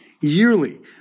yearly